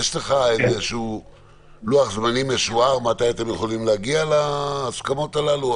יש לך איזשהו לוח זמנים משוער מתי אתם יכולים להגיע להסכמות הללו?